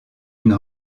une